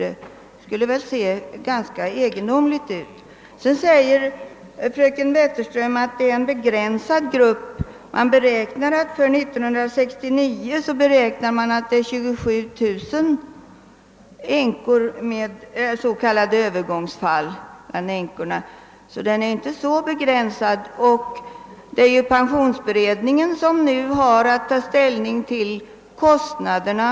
Det skulle väl se ganska egendomligt ut. Fröken Wetterström säger att det rör sig om en begränsad grupp. För 1969 beräknar man att det är 27 000 änkor som är s.k. övergångsfall. Gruppen är alltså inte så begränsad. Det är ju pensionsförsäkringskommittén som nu har att ta ställning till kostnaderna.